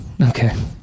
Okay